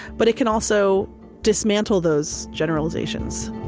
but it can also dismantle those generalizations